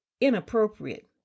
inappropriate